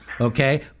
okay